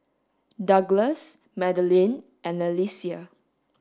Douglas Madelyn and Alesia